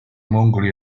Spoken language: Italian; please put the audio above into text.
mongoli